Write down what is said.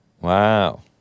Wow